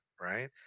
right